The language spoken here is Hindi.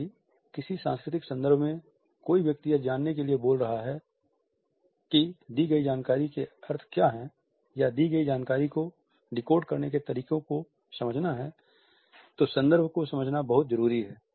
यदि किसी सांस्कृतिक संदर्भ में कोई व्यक्ति यह जानने के लिए बोल रहा है कि दी गई जानकारी के अर्थ क्या हैं या दी गई जानकारी को डिकोड करने के तरीकों को समझना है तो संदर्भ को समझना बहुत जरूरी है